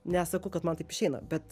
nesakau kad man taip išeina bet